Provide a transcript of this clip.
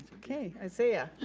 okay, isaiah.